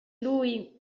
lui